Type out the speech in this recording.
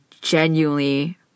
genuinely